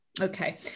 Okay